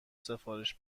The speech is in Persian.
سفارش